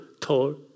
told